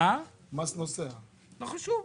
לא חשוב.